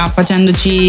facendoci